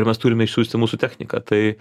ir mes turime išsiųsti mūsų techniką tai